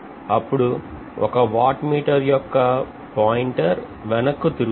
అప్పుడు ఒక watt meter యొక్క పాయింటర్ వెనక్కు తిరుగుతుంది